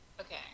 Okay